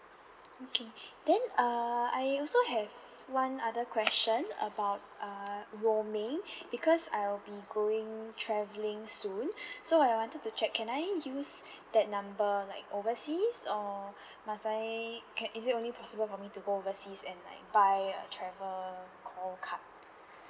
okay then uh I also have one other question about uh roaming because I will be going travelling soon so I wanted to check can I use that number like oversea or must I can is it possible for me to go overseas and like buy a travel call card